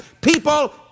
people